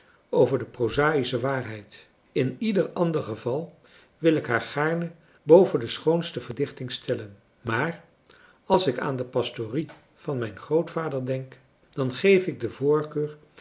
over de prozaïsche waarheid in ieder ander geval wil ik haar gaarne boven de schoonste verdichting stellen maar als ik aan de pastorie van mijn grootvader denk dan geef ik de voorkeur